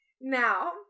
Now